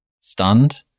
stunned